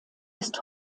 ist